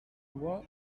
loi